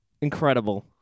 Incredible